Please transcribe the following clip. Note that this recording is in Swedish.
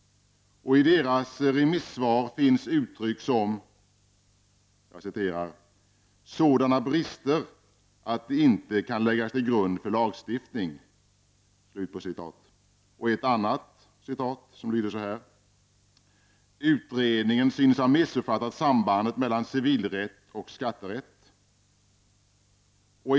I deras remissvar finns uttryck som ”sådana brister att det inte kan läggas till grund för lagstiftning”. Ett annat lyder: ”Utredningen synes ha missuppfattat sambandet mellan civilrätt och skatterätt”.